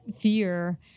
fear